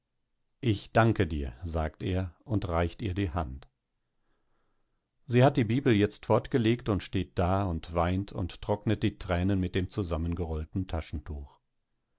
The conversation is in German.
ich danke dir sagt er und reicht ihr die hand sie hat die bibel jetzt fortgelegt und steht da und weint und trocknet die tränen mit dem zusammengerollten taschentuch